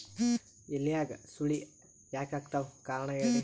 ಎಲ್ಯಾಗ ಸುಳಿ ಯಾಕಾತ್ತಾವ ಕಾರಣ ಹೇಳ್ರಿ?